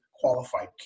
qualified